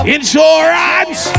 Insurance